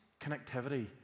connectivity